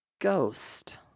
ghost